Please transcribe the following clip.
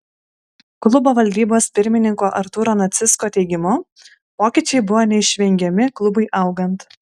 klubo valdybos pirmininko artūro nacicko teigimu pokyčiai buvo neišvengiami klubui augant